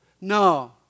No